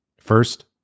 First